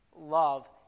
love